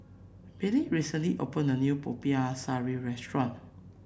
Billie recently opened a new Popiah Sayur restaurant